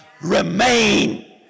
Remain